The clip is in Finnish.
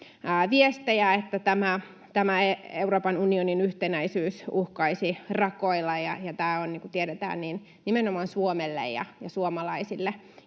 viestejä, että Euroopan unionin yhtenäisyys uhkaisi rakoilla, ja tämä on, niin kuin tiedetään, nimenomaan Suomelle ja suomalaisille